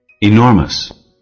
Enormous